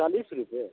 चालिस रुपए